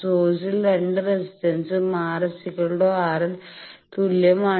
സോഴ്സിൽ രണ്ട് റെസിസ്റ്റൻസും RS RL തുല്യമാണ്